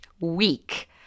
week